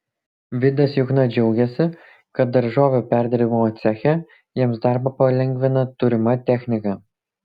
vidas jukna džiaugiasi kad daržovių perdirbimo ceche jiems darbą palengvina turima technika